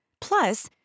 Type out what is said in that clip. Plus